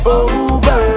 over